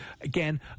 again